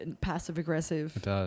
passive-aggressive